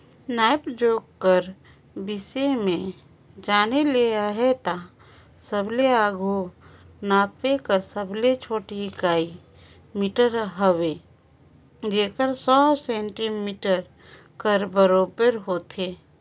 नाप जोख कर बिसे में जाने ले अहे ता सबले आघु नापे कर सबले छोटे इकाई मीटर हवे जेहर सौ सेमी कर बराबेर होथे